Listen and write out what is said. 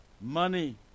money